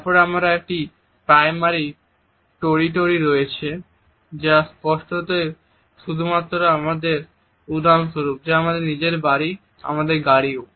তারপরে একটি primary territory রয়েছে যা স্পষ্টতই শুধুমাত্র আমাদের উদাহরণস্বরূপ আমাদের নিজের বাড়ি আমাদের গাড়ীও